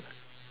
so